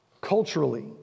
culturally